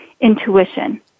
intuition